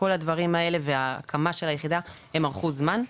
כל הדברים האלה וההקמה של היחידה ארכו זמן.